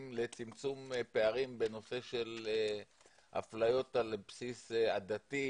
לצמצום פערים בנושא של אפליות על בסיס עדתי,